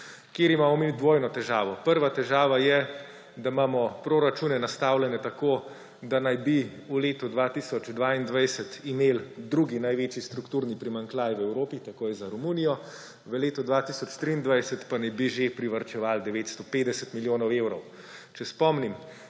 kjer imamo mi dvojno težavo. Prva težava je, da imamo proračune nastavljene tako, da naj bi v letu 2022 imeli drugi največji strukturni primanjkljaj v Evropi, takoj za Romunijo, v letu 2023 pa naj bi že privarčevali 950 milijonov evrov. Če spomnim.